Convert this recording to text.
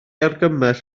argymell